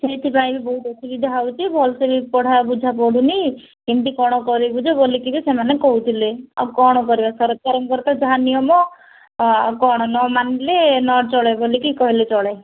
ସେଇଥିପାଇଁ ବି ବହୁତ ଅସୁବିଧା ହେଉଛି ଭଲସେ ବି ପଢ଼ା ବୁଝା ପଡ଼ୁନି କେମତି କ'ଣ କରିବୁ ଯେ ବୋଲିକିରି ସେମାନେ କହୁଥିଲେ ଆଉ କ'ଣ କରିବା ସରକାରଙ୍କର ତ ଯାହା ନିୟମ ଆଉ କ'ଣ ନମାନିଲେ ନ ଚଳେ ବୋଲିକି କହିଲେ ଚଳେ